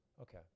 Okay